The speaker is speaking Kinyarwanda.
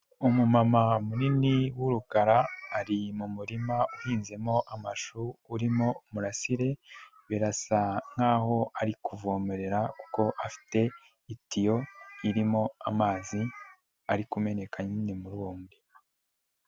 Umumama munini w'urukara, ari mu murima uhinzemo amashu urimo murasire birasa nkaho ari kuvomerera kuko afite itiyo irimo amazi ari kumeneka nyine muri uyu murima.